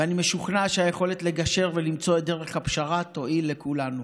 ואני משוכנע שהיכולת לגשר ולמצוא את דרך הפשרה תועיל לכולנו.